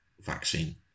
vaccine